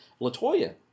LaToya